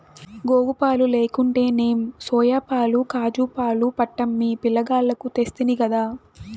గోవుపాలు లేకుంటేనేం సోయాపాలు కాజూపాలు పట్టమ్మి పిలగాల్లకు తెస్తినిగదా